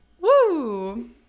Woo